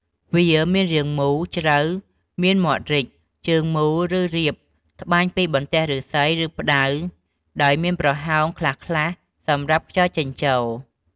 វាមានរាងមូល ជ្រៅ មានមាត់រីក ជើងមូល ឬរាប ត្បាញពីបន្ទះឫស្សី ឬផ្តៅដោយមានប្រហោងខ្លះៗសម្រាប់ខ្យល់ចេញចូល។